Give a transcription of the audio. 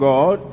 God